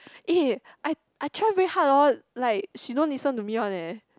eh I I try very hard orh like she don't listen to me one eh